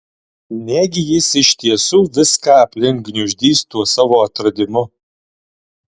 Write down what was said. negi jis iš tiesų viską aplink gniuždys tuo savo atradimu